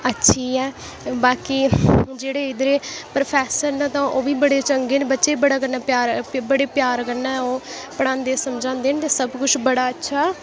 अच्छी ऐ बाकी जेह्ड़े इद्धर दे प्रोफैसर न ओह् बी बड़े चंगे न बच्चें कन्नै बड़े प्यार कन्नै ओह् पढ़ांदे समझांदे न ते सब कुश बड़ा अच्छा